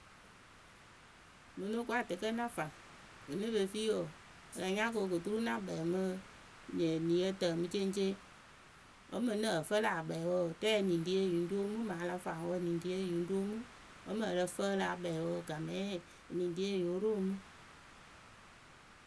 Mɨ no ko atɛkǝ na faŋ vǝ́ ne pe fii wǝǝ a la nya ko ko turu na kpɛɛ mɨ eniyǝ tǝ mɨ cɛŋceŋ wǝ́ mɨŋ nǝǝ fǝlɨ a kpɛɛ wǝǝ rɛɛ eniŋrieyɨŋ roo mɨ ma la faŋ wǝ; eniŋrieyǝ ŋ roo mɨ. Wǝ́ mɨŋ ǝ lǝ fǝǝlǝ akpɛɛ wǝǝ gamɛ eniŋrie yóo ro mɨ.